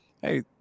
Hey